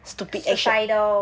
stupid a~